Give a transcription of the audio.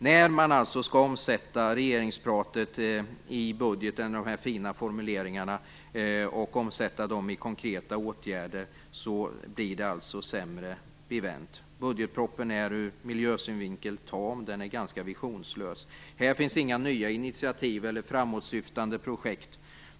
När man skall omsätta regeringstalet med de fina formuleringarna i budgeten i konkreta åtgärder är det sämre bevänt. Budgetpropositionen är ur miljösynvinkel tam. Den är ganska visionslös. Här finns inga nya initiativ eller framåtsyftande projekt.